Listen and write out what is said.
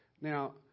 Now